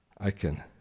i can